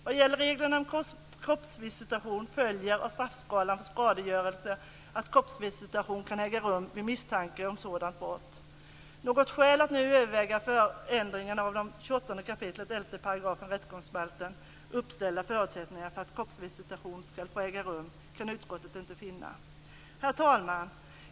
Vad gäller reglerna om kroppsvisitation följer av straffskalan för skadegörelsebrott att kroppsvisitation kan äga rum vid misstanke om sådant brott. Något skäl att nu överväga förändringar av de i 28 kap. 11 § rättegångsbalken uppställda förutsättningarna för att kroppsvisitation skall få äga rum kan utskottet inte finna. Herr talman!